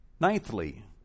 Ninthly